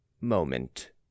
moment